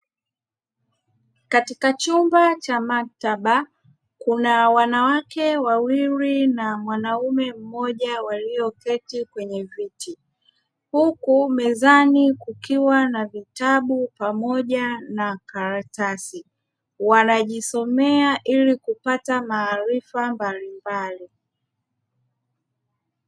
Katika chumba cha maktaba, kuna wanawake wawili na mwanaume mmoja walioketi kwenye viti huku mezani kukiwa na vitabu pamoja na makaratasi, wakijisomea ili kupata maarifa mbalimbali.